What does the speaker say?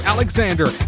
Alexander